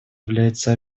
является